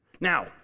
Now